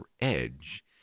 edge